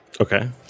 Okay